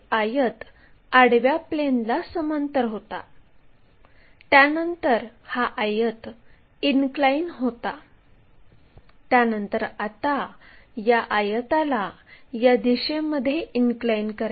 आता उभ्या प्लेनमध्ये टॉप व्ह्यू आणि खरी लांबी काढण्यासाठी प्रोजेक्टर काढा